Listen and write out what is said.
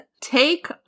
Take